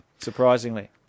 Surprisingly